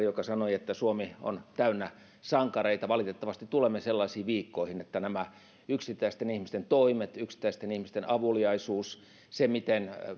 joka sanoi että suomi on täynnä sankareita valitettavasti tulemme sellaisiin viikkoihin että nämä yksittäisten ihmisten toimet yksittäisten ihmisten avuliaisuus se mitä